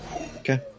okay